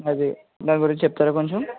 అది దాని గురించి చెప్తారా కొంచెం